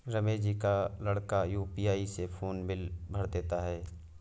रमेश जी का लड़का यू.पी.आई से फोन बिल भर देता है